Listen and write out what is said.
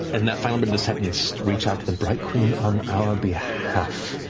in that final bit of the sentence, reach out to the bright queen on our behalf,